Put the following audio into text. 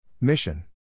Mission